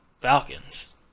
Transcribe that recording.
Falcons